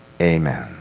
Amen